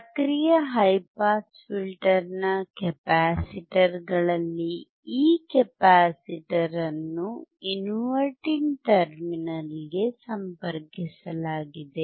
ಸಕ್ರಿಯ high pass ಫಿಲ್ಟರ್ನ ಕೆಪಾಸಿಟರ್ಗಳಲ್ಲಿ ಈ ಕೆಪಾಸಿಟರ್ಅನ್ನು ಇನ್ವರ್ಟಿಂಗ್ ಟರ್ಮಿನಲ್ಗೆ ಸಂಪರ್ಕಿಸಲಾಗಿದೆ